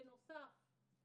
בנוסף,